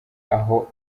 aho